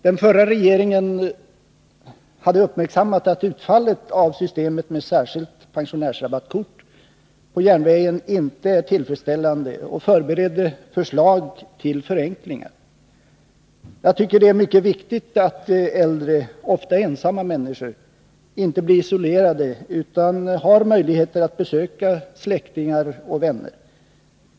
Den förra regeringen hade uppmärksammat att utfallet av systemet med särskilt pensionärsrabattkort på järnvägen inte var tillfredsställande och förberedde förslag till förenklingar. Jag tycker att det är mycket viktigt att äldre, ofta ensamma människor inte blir isolerade utan har möjligheter att besöka släktingar och vänner.